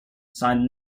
signed